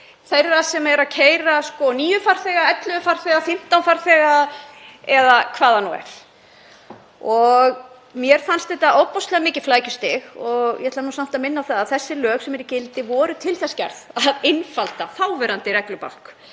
þeirra sem eru að keyra 9 farþega, 11 farþega, 15 farþega eða hvað það nú er. Mér fannst þetta ofboðslega mikið flækjustig og ætla að minna á að þau lög sem eru í gildi voru til þess gerð að einfalda þáverandi reglubálk.